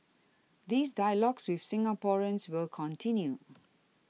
these dialogues with Singaporeans will continue